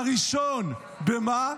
הראשון, במה?